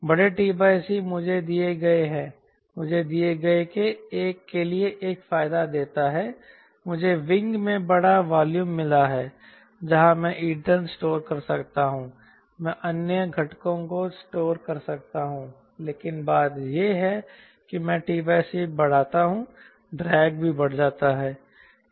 बड़े t c मुझे दिए गए के लिए एक फायदा देता है मुझे विंग में बड़ा वॉल्यूम मिला है जहां मैं ईंधन स्टोर कर सकता हूं मैं अन्य घटकों को स्टोर कर सकता हूं लेकिन बात यह है कि मैं t c बढ़ाता हूं ड्रैग भी बढ़ सकता है